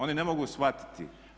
Oni ne mogu shvatiti.